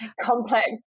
Complex